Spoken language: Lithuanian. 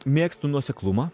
mėgstu nuoseklumą